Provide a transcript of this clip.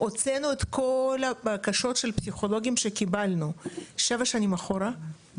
הוצאנו את כל הבקשות של הפסיכולוגים שקיבלנו שבע שנים אחורה,